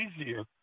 easier